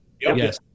Yes